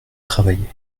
travailler